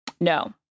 No